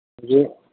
ꯍꯧꯖꯤꯛ